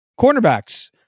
cornerbacks